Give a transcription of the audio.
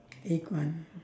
egg one